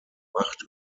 macht